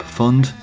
fund